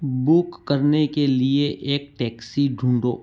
book करने के लिए एक टैक्सी ढूंढो